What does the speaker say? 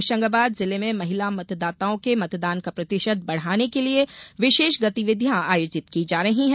होशंगाबाद जिले में महिला मतदाओं के मतदान का प्रतिशत बढ़ाने के लिए विशेष गतिविधियां आयोजित की जा रही हैं